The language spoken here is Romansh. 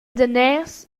daners